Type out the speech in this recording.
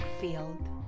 field